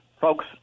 folks